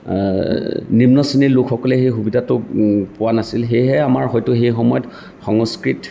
নিম্ন শ্ৰেণীৰ লোকসকলে সেই সুবিধাটো পোৱা নাছিল সেয়েহে আমাৰ হয়তো সেই সময়ত সংস্কৃত